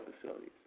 facilities